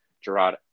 Gerard